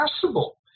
possible